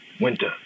winter